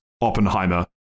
Oppenheimer